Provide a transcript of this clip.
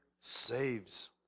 saves